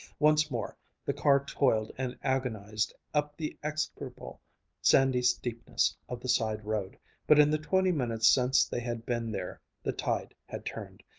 once more the car toiled and agonized up the execrable sandy steepness of the side-road but in the twenty minutes since they had been there the tide had turned.